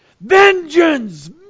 Vengeance